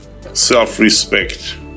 Self-respect